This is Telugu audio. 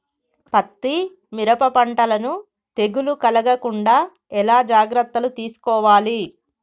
పత్తి మిరప పంటలను తెగులు కలగకుండా ఎలా జాగ్రత్తలు తీసుకోవాలి?